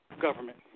government